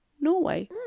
Norway